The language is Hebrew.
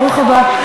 ברוך הבא.